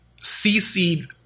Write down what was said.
CC